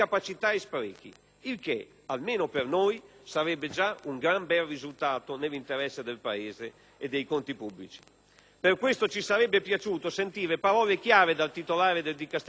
Il che, almeno per noi, sarebbe già un gran bel risultato nell'interesse del Paese e dei conti pubblici. Per questo ci sarebbe piaciuto sentire parole chiare dal titolare del Dicastero dell'economia,